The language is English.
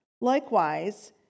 Likewise